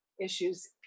issues